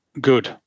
Good